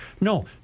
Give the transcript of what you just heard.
No